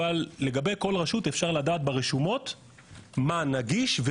אבל לגבי כל רשות אפשר לדעת ברשומות מה נגיש,